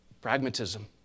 pragmatism